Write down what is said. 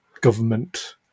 government